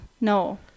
No